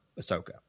Ahsoka